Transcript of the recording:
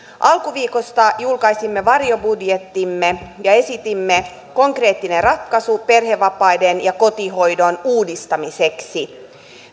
alkuviikosta julkaisimme varjobudjettimme ja esitimme konkreettisen ratkaisun perhevapaiden ja kotihoidon uudistamiseksi